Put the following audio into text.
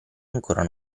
ancora